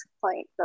point